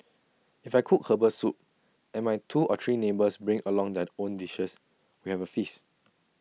if I cook Herbal Soup and my two or three neighbours bring along their own dishes we have A feast